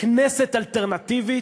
כנסת אלטרנטיבית,